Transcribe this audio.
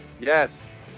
yes